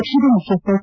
ಪಕ್ಷದ ಮುಖ್ಯಸ್ಥ ಕೆ